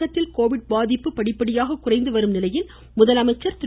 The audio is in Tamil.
தமிழகத்திலும் கோவிட் பாதிப்பு படிப்படியாக குறைந்து வரும் நிலையில் முதலமைச்சர் திரு